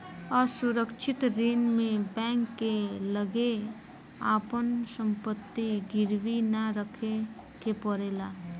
असुरक्षित ऋण में बैंक के लगे आपन संपत्ति गिरवी ना रखे के पड़ेला